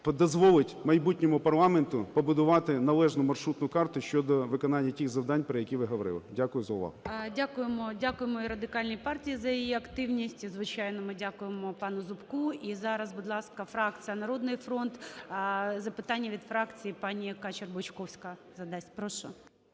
дозволить майбутньому парламенту побудувати належну маршрутну карту щодо виконання тих завдань, про які ви говорили. Дякую за увагу. ГОЛОВУЮЧИЙ. Дякуємо. Дякуємо і Радикальній партії за її активність. І, звичайно, ми дякуємо пану Зубку. І зараз, будь ласка, фракція "Народний фронт". Запитання від фракції пані Кацер-Бучковська задасть. Прошу.